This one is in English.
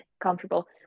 comfortable